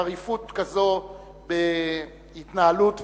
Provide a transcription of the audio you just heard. חריפות כזאת בהתנהלות והתנהגות,